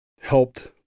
helped